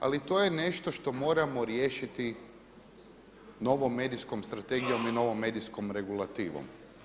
Ali to je nešto što moramo riješiti novom medijskom strategijom i novom medijskom regulativom.